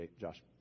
Josh